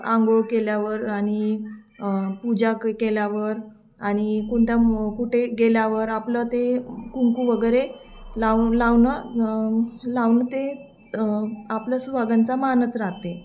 आंघोळ केल्यावर आणि पूजा क केल्यावर आणि कोणत्या कुठे गेल्यावर आपलं ते कुंकू वगैरे लाव लावणं लावणं ते आपलं सुहागनचा मानच राहते